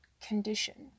condition